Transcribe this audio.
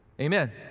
Amen